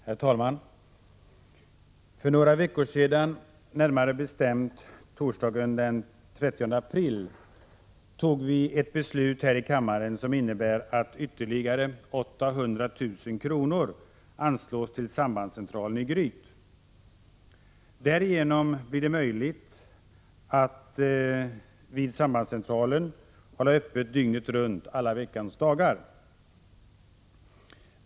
Herr talman! För några veckor sedan, närmare bestämt torsdagen den 30 april, tog vi ett beslut här i kammaren som innebär att ytterligare 800 000 kr. anslås till sambandscentralen i Gryt. Därigenom blir det möjligt att hålla sambandscentralen öppen dygnet runt alla veckans dagar.